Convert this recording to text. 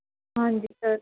ਹਾਂਜੀ ਸਰ